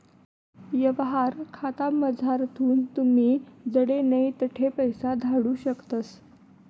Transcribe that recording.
यवहार खातामझारथून तुमी जडे नै तठे पैसा धाडू शकतस